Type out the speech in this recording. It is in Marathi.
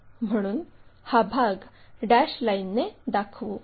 म्हणून हा भाग डॅश लाईनने दाखवू